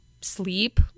sleep